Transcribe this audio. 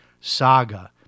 saga